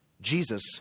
Jesus